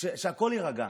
הכול יירגע.